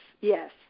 yes